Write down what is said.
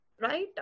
right